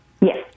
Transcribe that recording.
Yes